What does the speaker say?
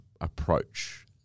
approach